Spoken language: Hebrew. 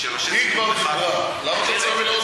זה דבר חמור.